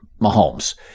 Mahomes